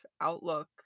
outlook